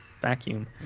vacuum